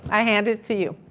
i hand it to you.